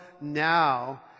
now